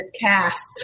cast